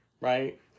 Right